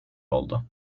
oldu